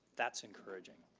that's encouraging.